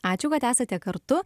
ačiū kad esate kartu